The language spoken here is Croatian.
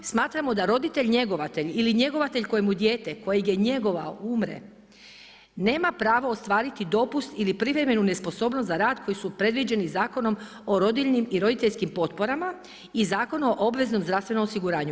Smatramo da roditelj njegovatelj, ili njegovatelj kojeg je dijete, koje je njegovo, umre, nema pravo ostvariti dopust ili privremenu nesposobnost za rad koji su predviđeni zakonom o rodiljnim i roditeljskim potporama i Zakonom o obveznom zdravstvenom osiguranju.